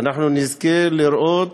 אנחנו נזכה לראות,